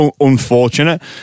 unfortunate